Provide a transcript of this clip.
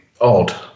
odd